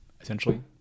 essentially